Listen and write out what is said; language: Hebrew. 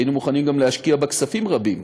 שהיינו מוכנים גם להשקיע בה כספים רבים,